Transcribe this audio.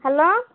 hello